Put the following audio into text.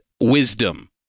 wisdom